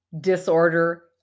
disorder